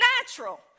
natural